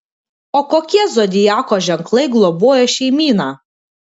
o kokie zodiako ženklai globoja šeimyną